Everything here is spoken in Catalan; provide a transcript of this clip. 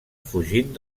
fugint